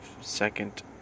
second